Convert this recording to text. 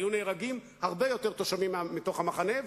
היו נהרגים הרבה יותר תושבים מתוך המחנה.